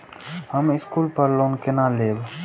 हम स्कूल पर लोन केना लैब?